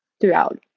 throughout